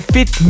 Fit